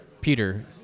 Peter